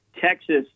Texas